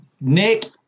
Nick